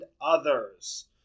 others